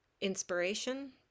inspiration